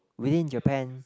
within Japan